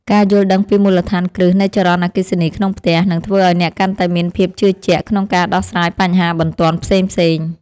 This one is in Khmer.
ការយល់ដឹងពីមូលដ្ឋានគ្រឹះនៃចរន្តអគ្គិសនីក្នុងផ្ទះ នឹងធ្វើឱ្យអ្នកកាន់តែមានភាពជឿជាក់ក្នុងការដោះស្រាយបញ្ហាបន្ទាន់ផ្សេងៗ។